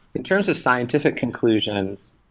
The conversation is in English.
in terms of scientific conclusions,